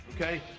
okay